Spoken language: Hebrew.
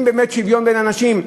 אם באמת שוויון בין אנשים,